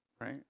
Right